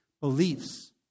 beliefs